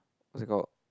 what's it called